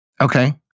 Okay